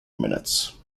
minutes